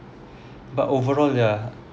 but overall yeah